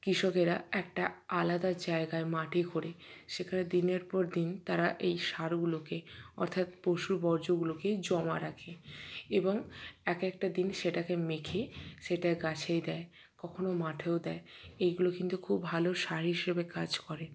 কৃষকেরা একটা আলাদা জায়গায় মাটি খোঁড়ে সেখানে দিনের পর দিন তারা এই সারগুলোকে অর্থাৎ পশুর বর্জ্যগুলোকে জমা রাখে এবং এক একটা দিন সেটাকে মেখে সেটা গাছেই দেয় কখনও মাঠেও দেয় এগুলো কিন্তু খুব ভালো সার হিসেবে কাজ করে